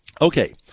Okay